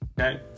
Okay